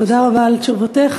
תודה רבה על תשובותיך.